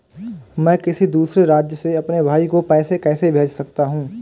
मैं किसी दूसरे राज्य से अपने भाई को पैसे कैसे भेज सकता हूं?